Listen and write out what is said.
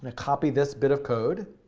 ah copy this bit of code.